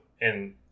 and-